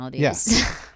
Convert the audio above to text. Yes